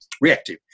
reactive